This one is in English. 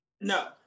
No